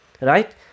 Right